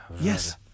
Yes